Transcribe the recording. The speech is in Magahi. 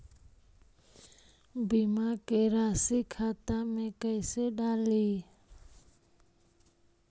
बीमा के रासी खाता में कैसे डाली?